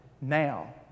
Now